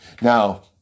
Now